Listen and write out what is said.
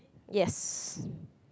yes